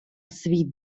свій